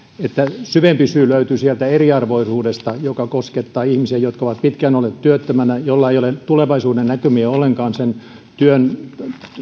että syvempi syy löytyy sieltä eriarvoisuudesta joka koskettaa ihmisiä jotka ovat pitkään olleet työttöminä joilla ei ole tulevaisuudennäkymiä ollenkaan sen työn